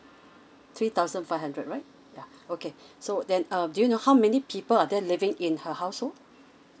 three thousand five hundred right yeah okay so then uh do you know how many people are there living in her household